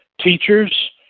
teachers